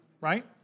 right